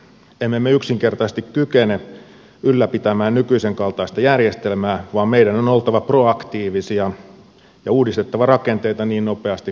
emme me yksinkertaisesti kykene ylläpitämään nykyisen kaltaista järjestelmää vaan meidän on oltava proaktiivisia ja uudistettava rakenteita niin nopeasti kuin mahdollista